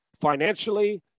financially